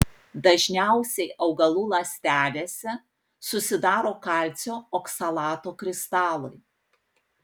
dažniausiai augalų ląstelėse susidaro kalcio oksalato kristalai